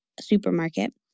supermarket